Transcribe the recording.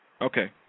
Okay